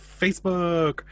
Facebook